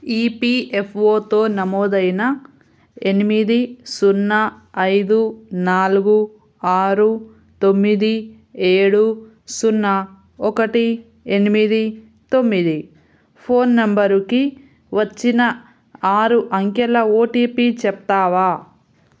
ఈపిఎఫ్ఓతో నమోదైన ఎనిమిది సున్నా ఐదు నాలుగు ఆరు తొమ్మిది ఏడు సున్నా ఒకటి ఎనిమిది తొమ్మిది ఫోన్ నంబరుకి వచ్చిన ఆరు అంకెల ఓటీపీ చెప్తావా